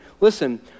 listen